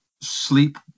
sleep